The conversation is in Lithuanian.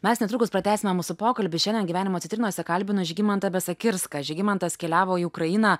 mes netrukus pratęsime mūsų pokalbį šiandien gyvenimo citrinose kalbinu žygimantą besakirską žygimantas keliavo į ukrainą